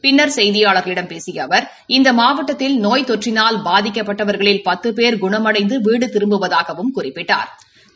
பின்னா் செய்தியாளா்களிடம் பேசிய அவா் இந்த மாவட்டத்தில் நோய் தொற்றினால் பாதிக்கப்பட்டவா்களில் பத்து போ் குணமடைந்து வீடு திரும்புவதாகவும் குறிப்பிட்டாா்